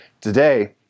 Today